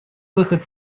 выход